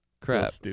Crap